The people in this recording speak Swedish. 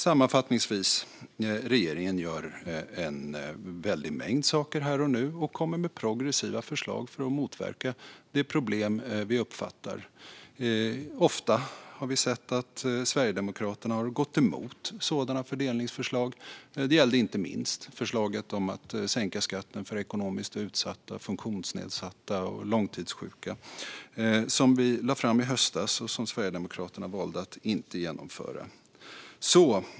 Sammanfattningsvis gör regeringen en väldig mängd saker här och nu och kommer med progressiva förslag för att motverka de problem vi uppfattar. Vi har ofta sett att Sverigedemokraterna har gått emot sådana fördelningsförslag. Det gällde inte minst förslaget om att sänka skatten för ekonomiskt utsatta, funktionsnedsatta och långtidssjuka som vi lade fram i höstas och som Sverigedemokraterna valde att inte genomföra.